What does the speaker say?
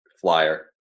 flyer